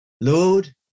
Lord